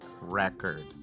record